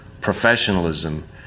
professionalism